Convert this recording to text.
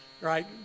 right